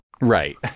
Right